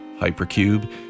Hypercube